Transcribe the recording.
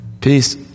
Peace